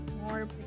more